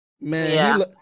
Man